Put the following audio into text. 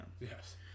Yes